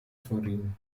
turin